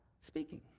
speaking